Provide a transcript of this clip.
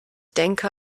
denke